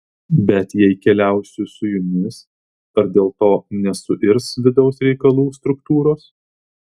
bet jei keliausiu su jumis ar dėl to nesuirs vidaus reikalų struktūros